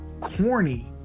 corny